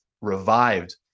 revived